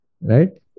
Right